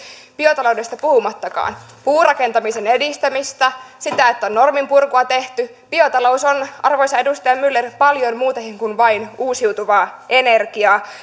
biotaloudesta puhumattakaan puurakentamisen edistämistä on norminpurkua tehty biotalous on arvoisa edustaja myller paljon muutakin kuin vain uusiutuvaa energiaa